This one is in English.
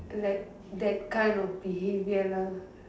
that that kind of behaviour lah